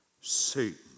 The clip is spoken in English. Satan